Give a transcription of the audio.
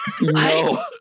No